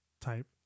type